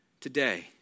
today